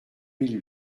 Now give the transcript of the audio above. mille